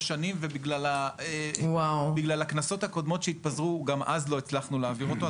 שנים ובגלל הכנסות הקודמות שהתפזרו גם אז לא הצלחנו להעביר אותו,